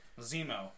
Zemo